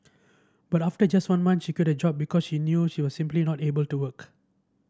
but after just one month she quit her job because she knew she was simply not able to work